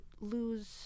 lose